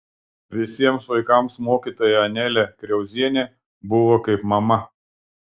visiems vaikams mokytoja anelė kriauzienė buvo kaip mama